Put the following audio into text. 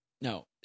No